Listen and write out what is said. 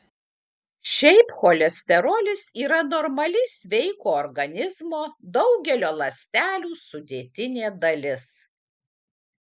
šiaip cholesterolis yra normali sveiko organizmo daugelio ląstelių sudėtinė dalis